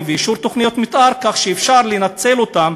ואישור תוכניות המתאר כך שאפשר היה לנצל אותם.